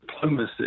diplomacy